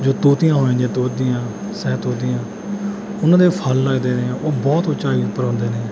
ਜੋ ਤੂਤੀਆਂ ਹੋ ਜਾਂਦੀਆਂ ਤੂਤ ਦੀਆਂ ਸ਼ਹਿਤੂਤ ਦੀਆਂ ਉਹਨਾਂ ਦੇ ਫਲ ਲੱਗਦੇ ਨੇ ਉਹ ਬਹੁਤ ਉੱਚਾਈ ਉੱਪਰ ਹੁੰਦੇ ਨੇ